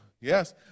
yes